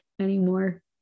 anymore